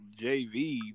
JV